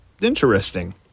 interesting